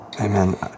amen